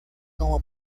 como